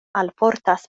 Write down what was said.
alportas